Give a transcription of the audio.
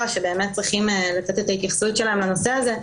שבאמת צריכים לתת את ההתייחסות שלהם לנושא הזה.